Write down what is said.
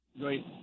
Great